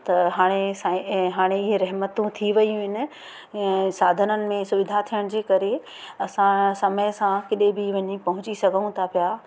त हाणे स हाणे हीअ रहिमतूं थी वियूं आहिनि ऐं साधननि में सुविधा थियण जे करे असां समय सां केॾांहं बि वञी पहुची सघूं था पिया